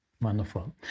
Wonderful